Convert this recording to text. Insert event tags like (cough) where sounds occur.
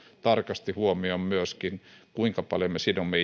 tarkasti huomioon myöskin kuinka paljon me sidomme (unintelligible)